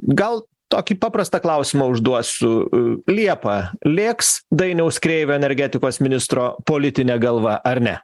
gal tokį paprastą klausimą užduosiu liepa lėks dainiaus kreivio energetikos ministro politinė galva ar ne